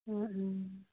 অঁ অঁ